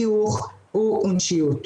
חיוך ואנושיות.